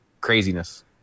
craziness